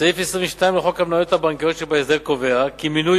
סעיף 22 לחוק המניות הבנקאיות שבהסדר קובע כי מינוי